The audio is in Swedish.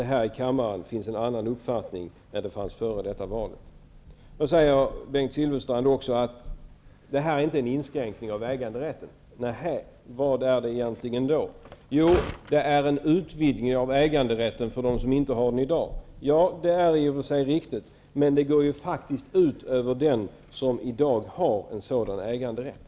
Det vet vi ännu ingenting om, men det visar sig när vi skall fatta det slutgiltiga beslutet. Det här rör sig inte om en inskränkning av äganderätten, sade Bengt Silfverstrand. Vad är det då? Jo, det rör sig om en utvidgning av äganderätten för den som i dag inte har någon äganderätt, förklarade han. Det är i och för sig riktigt, men det här går ju ut över den som i dag har en sådan äganderätt.